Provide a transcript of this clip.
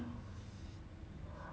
这样多天